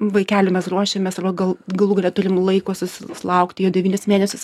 vaikeliui mes ruošiamės gal galų gale turim laiko su laukti jo devynis mėnesius